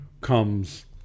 comes